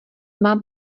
mám